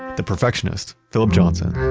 the perfectionist philip johnson,